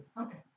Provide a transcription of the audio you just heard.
Okay